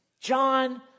John